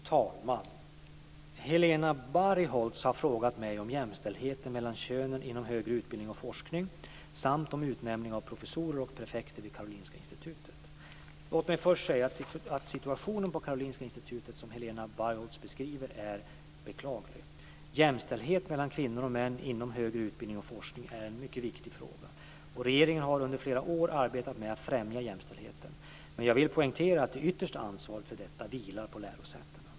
Fru talman! Helena Bargholtz har frågat mig om jämställdhet mellan könen inom högre utbildning och forskning samt om utnämning av professorer och prefekter vid Karolinska institutet. Låt mig först säga att situationen på Karolinska institutet som Helena Bargoltz beskriver är beklaglig. Jämställdhet mellan kvinnor och män inom högre utbildning och forskning är en viktig fråga och regeringen har under flera år arbetat med att främja jämställdheten, men jag vill poängtera att det yttersta ansvaret för detta vilar på lärosätena.